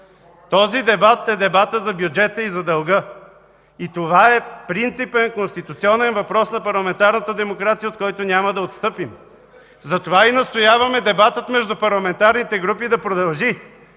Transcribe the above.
този дебат е дебатът за бюджета и за дълга. И това е принципен, конституционен въпрос на парламентарната демокрация, от който няма да отстъпим, затова и настояваме дебатът между парламентарните групи да продължи.